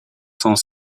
cent